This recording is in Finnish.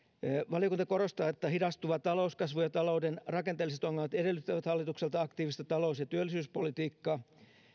valiokunta korostaa että hidastuva talouskasvu ja talouden rakenteelliset ongelmat edellyttävät hallitukselta aktiivista talous ja työllisyyspolitiikka